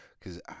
Cause